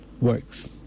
works